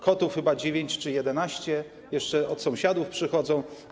Kotów mam chyba 9 czy 11, jeszcze od sąsiadów przychodzą.